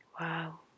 Wow